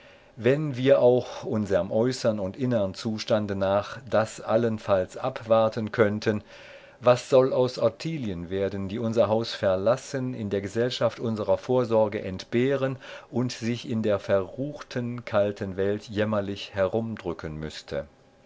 wenn wir auch unserm äußern und innern zustande nach das allenfalls abwarten könnten was soll aus ottilien werden die unser haus verlassen in der gesellschaft unserer vorsorge entbehren und sich in der verruchten kalten welt jämmerlich herumdrücken müßte